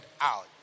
out